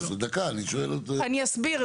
אני אסביר.